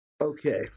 Okay